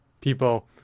People